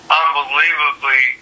unbelievably